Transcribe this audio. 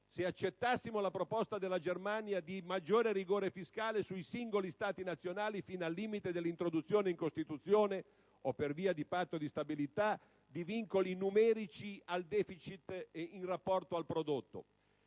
Se accettassimo la proposta della Germania di maggiore rigore fiscale sui singoli Stati nazionali, fino al limite dell'introduzione in Costituzione o tramite il Patto di stabilità di vincoli numerici al *deficit* in rapporto al prodotto,